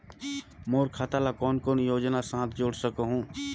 मोर खाता ला कौन कौन योजना साथ जोड़ सकहुं?